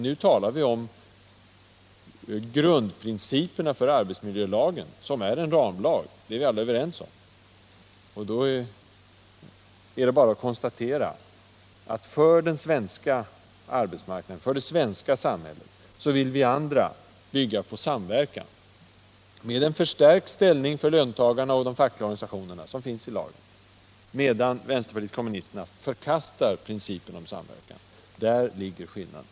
Nu talar vi om grundprinciperna för arbetsmiljölagen, som är en ramlag — det är vi alla överens om. Det är då bara att konstatera, att för det svenska samhället vill vi andra bygga på samverkan med en förstärkt ställning för löntagarna och de fackliga organisationerna som skrivs in i lagen, medan vänsterpartiet kommunisterna förkastar principen om samverkan. Däri ligger skillnaden.